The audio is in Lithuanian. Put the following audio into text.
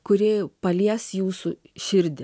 kuri palies jūsų širdį